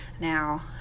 now